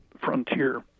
frontier